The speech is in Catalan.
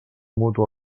mutu